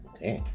Okay